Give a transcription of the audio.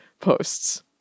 posts